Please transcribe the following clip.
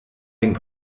being